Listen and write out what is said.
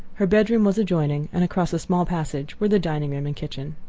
her bedroom was adjoining, and across a small passage were the dining-room and kitchen.